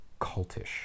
cultish